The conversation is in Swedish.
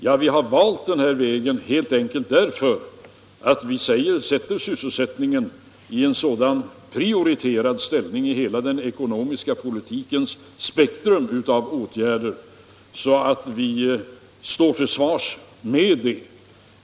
Ja, vi har valt denna väg helt enkelt därför att vi sätter sysselsättningen i en sådan prioriterad ställning i hela den ekonomiska politikens spektrum av åtgärder, och vi står till svars för det.